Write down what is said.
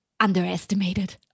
Underestimated